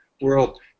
world